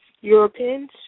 Europeans